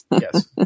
Yes